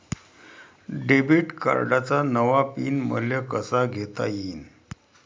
Debit कार्डचा नवा PIN मले कसा घेता येईन?